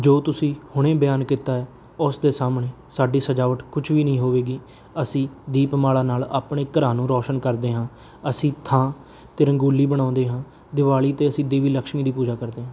ਜੋ ਤੁਸੀਂ ਹੁਣੇ ਬਿਆਨ ਕੀਤਾ ਹੈ ਉਸ ਦੇ ਸਾਹਮਣੇ ਸਾਡੀ ਸਜਾਵਟ ਕੁਛ ਵੀ ਨਹੀਂ ਹੋਵੇਗੀ ਅਸੀਂ ਦੀਪਮਾਲਾ ਨਾਲ ਆਪਣੇ ਘਰਾਂ ਨੂੰ ਰੌਸ਼ਨ ਕਰਦੇ ਹਾਂ ਅਸੀਂ ਥਾਂ 'ਤੇ ਰੰਗੋਲੀ ਬਣਾਉਂਦੇ ਹਾਂ ਦੀਵਾਲੀ 'ਤੇ ਅਸੀਂ ਦੇਵੀ ਲਕਸ਼ਮੀ ਦੀ ਪੂਜਾ ਕਰਦੇ